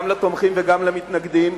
גם לתומכים וגם למתנגדים.